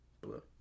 Blue